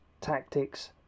tactics